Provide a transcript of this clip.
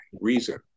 reason